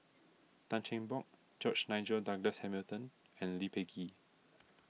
Tan Cheng Bock George Nigel Douglas Hamilton and Lee Peh Gee